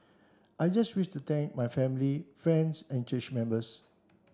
I just wish to thank my family friends and church members